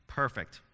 perfect